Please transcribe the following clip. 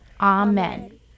Amen